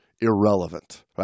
irrelevant